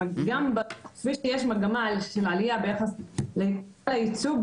כפי שיש מגמת עלייה ביחס לייצוג,